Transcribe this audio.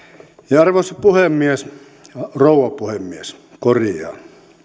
arvoisa rouva puhemies